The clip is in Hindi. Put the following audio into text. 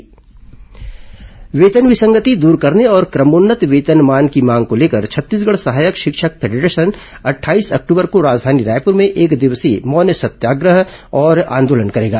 आंदोलन प्रदर्शन वेतन विसंगति दूर करने और क्रमोन्नत वेतनमान की मांग को लेकर छत्तीसगढ़ सहायक शिक्षक फेडरेशन अट्ठाईस अक्टूबर को राजधानी रायपुर में एकदिवसीय मौन सत्याग्रह और आंदोलन करेगा